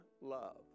love